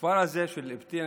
בכפר הזה של אבטין,